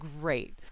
great